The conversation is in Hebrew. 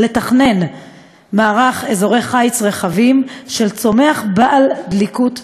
לתכנן מערך אזורי חיץ רחבים של צומח בעל דליקות נמוכה.